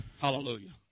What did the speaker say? Hallelujah